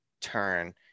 turn